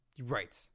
Right